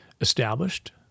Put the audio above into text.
established